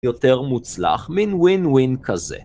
יותר מוצלח, מין win wib כזה.